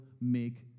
make